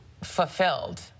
fulfilled